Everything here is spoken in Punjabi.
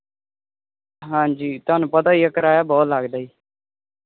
ਹਾਂਜੀ ਤੁਹਾਨੂੰ ਪਤਾ ਹੀ ਆ ਕਿਰਾਇਆ ਬਹੁਤ ਲੱਗਦਾ ਹੈ ਜੀ